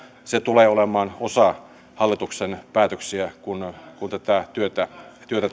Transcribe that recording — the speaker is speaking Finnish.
se tulee olemaan osa hallituksen päätöksiä kun tätä työtä työtä